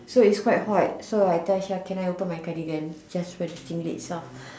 so it's quite hot so I tell Char can I open my cardigan just wear the singlet itself